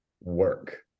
work